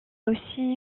aussi